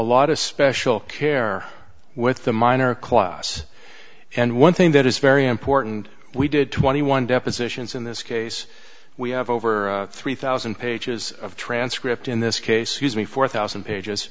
lot of special care with the minor class and one thing that is very important we did twenty one depositions in this case we have over three thousand pages of transcript in this case use me four thousand pages